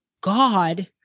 God